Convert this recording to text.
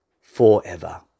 forever